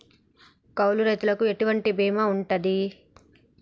కౌలు రైతులకు ఎటువంటి బీమా ఉంటది?